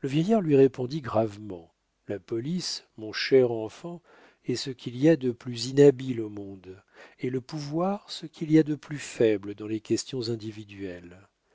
le vieillard lui répondit gravement la police mon cher enfant est ce qu'il y a de plus inhabile au monde et le pouvoir ce qu'il y a de plus faible dans les questions individuelles